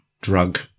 drug